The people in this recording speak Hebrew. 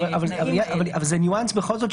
אבל זה ניואנס בכל זאת,